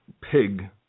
pig